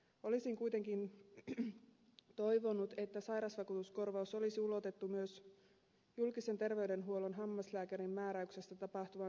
olisin kuitenkin toivonut että sairausvakuutuskorvaus olisi ulotettu myös julkisen terveydenhuollon hammaslääkärin määräyksestä tapahtuvan suuhygienistin hoitoon